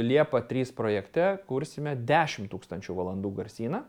liepa trys projekte kursime dešim tūkstančių valandų garsyną